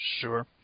Sure